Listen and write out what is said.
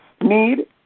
need